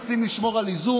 הם לא מנסים לשמור על איזון,